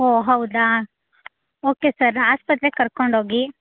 ಓ ಹೌದಾ okay sir ಆಸ್ಪತ್ರೆಗೆ ಕರ್ಕೊಂಡು ಹೋಗಿ